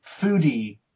foodie